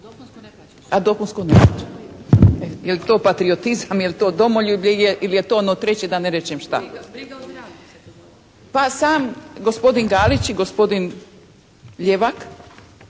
radio-televiziju, a dopunsko ne plaćam. Je li to patriotizam, je li to domoljublje ili je to ono treće da ne rečem šta. Pa sam gospodin Galić i gospodin Ljevak